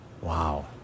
Wow